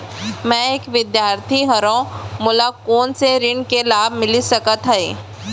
मैं एक विद्यार्थी हरव, मोला कोन से ऋण के लाभ मिलिस सकत हे?